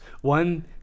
One